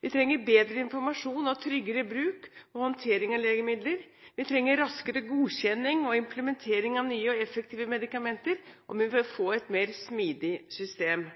Vi trenger bedre informasjon om tryggere bruk og håndtering av legemidler. Vi trenger raskere godkjenning og implementering av nye og effektive medikamenter, og vi bør få et mer smidig system.